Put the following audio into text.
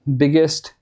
biggest